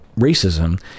racism